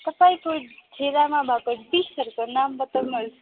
तपाईँको ठेलामा भएको डिसहरूको नाम बताउनुहोस्